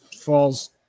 falls